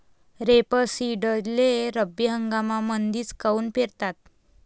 रेपसीडले रब्बी हंगामामंदीच काऊन पेरतात?